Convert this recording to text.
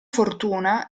fortuna